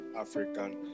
African